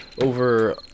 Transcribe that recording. over